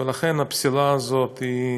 ולכן הפסילה הזאת היא